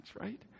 right